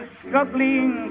struggling